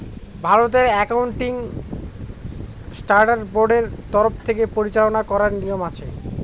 ভারতের accounting standard বোর্ডের তরফ থেকে পরিচালনা করার নিয়ম আছে